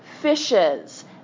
fishes